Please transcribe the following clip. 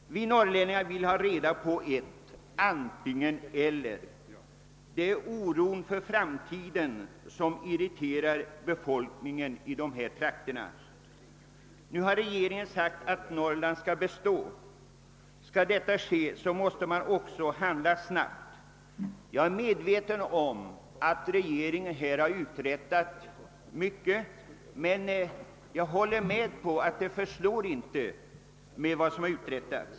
Vi norrlänningar vill ha ett antingen/eller. Det är oron för framtiden som irriterar befolkningen i dessa trakter. Regeringen har nu sagt att Norrland skall bestå. Om detta skall ske måste man också handla snabbt. Jag är medveten om att regeringen här har uträttat mycket, men jag håller med om att vad som uträttats inte förslår.